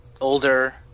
older